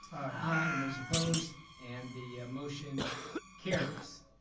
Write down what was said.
aye. and those opposed and the motion carries.